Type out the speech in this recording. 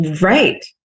right